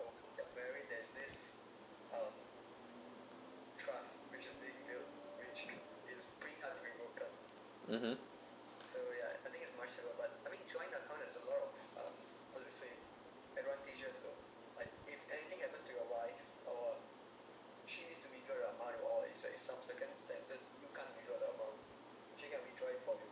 (uh huh)